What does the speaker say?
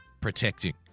protecting